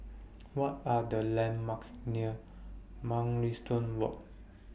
What Are The landmarks near Mugliston Walk